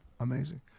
Amazing